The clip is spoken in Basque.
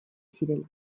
zirela